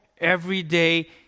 everyday